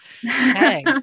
hey